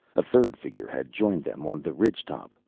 a third figure had joined them on the ridge top,